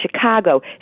Chicago